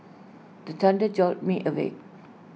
the thunder jolt me awake